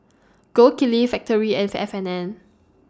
Gold Kili Factorie and F and N